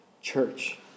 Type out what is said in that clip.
Church